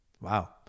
Wow